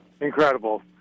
incredible